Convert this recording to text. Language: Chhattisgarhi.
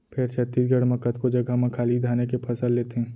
फेर छत्तीसगढ़ म कतको जघा म खाली धाने के फसल लेथें